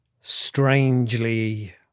strangely